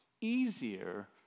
easier